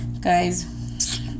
guys